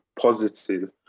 positive